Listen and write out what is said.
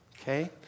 okay